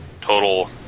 total